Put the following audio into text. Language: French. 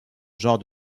genre